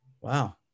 Wow